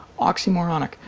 oxymoronic